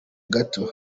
gato